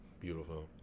Beautiful